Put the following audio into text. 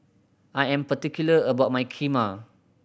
I am particular about my Kheema